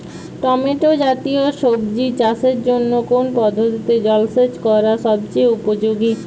Tomato জাতীয় সবজি চাষের জন্য কোন পদ্ধতিতে জলসেচ করা সবচেয়ে উপযোগী?